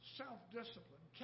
self-discipline